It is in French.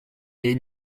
est